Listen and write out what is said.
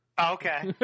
Okay